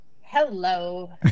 Hello